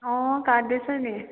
अँ काट्दैछ नि